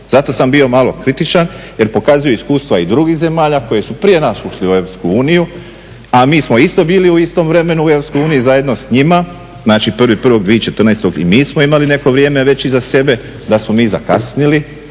Zato sam bio malo kritičan, jer pokazuju iskustva i drugih zemalja koji su prije nas ušli u EU a mi smo isto bili u istom vremenu u Europskoj uniji zajedno s njima. Znači 1.1.2014. i mi smo imali neko vrijeme već iza sebe da smo mi zakasnili